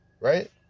Right